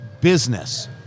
business